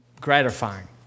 gratifying